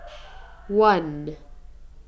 one